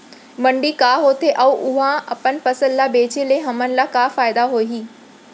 मंडी का होथे अऊ उहा अपन फसल ला बेचे ले हमन ला का फायदा होही?